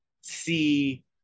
see